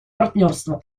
партнерство